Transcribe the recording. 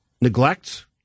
neglect